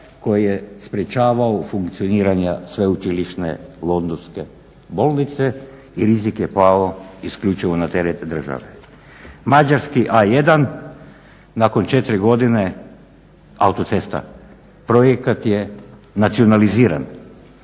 koje sprječavao funkcioniranje Sveučilišne londonske bolnice i rizik je pao isključivo na teret države. Mađarski A1 nakon 4 godina autocesta, projekat je nacionaliziran.